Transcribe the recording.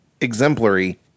Exemplary